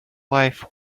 life